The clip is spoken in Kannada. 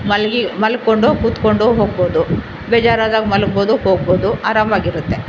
ಮಲಗಿ ಮಲ್ಕೊಂಡು ಕುತ್ಕೊಂಡು ಹೋಗ್ಬೋದು ಬೇಜಾರಾದಾಗ ಮಲಗ್ಬೋದು ಹೋಗ್ಬೋದು ಆರಾಮವಾಗಿರುತ್ತೆ